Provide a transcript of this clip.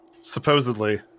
Supposedly